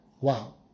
Wow